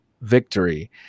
victory